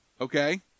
Okay